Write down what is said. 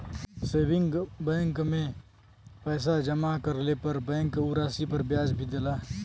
saving bank में पैसा जमा करले पर बैंक उ राशि पर ब्याज भी देला